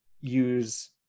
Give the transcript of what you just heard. use